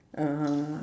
uh